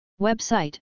Website